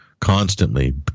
constantly